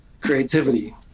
Creativity